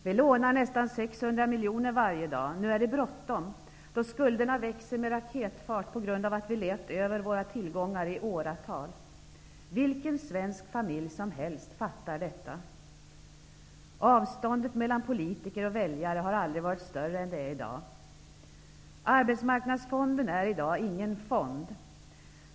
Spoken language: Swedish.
Vi lånar nästan 600 miljoner varje dag. Nu är det bråttom, då skulderna växer med raketfart på grund av att vi levt över våra tillgångar i åratal. Vilken svensk familj som helst fattar detta. Avståndet mellan politiker och väljare har aldrig varit större än det är i dag. Arbetsmarknadsfonden är i dag ingen fond.